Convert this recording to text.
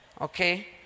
okay